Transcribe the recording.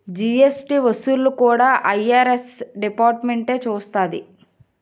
GST వసూళ్లు కూడా IRS డిపార్ట్మెంటే చూస్తాది